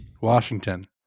Washington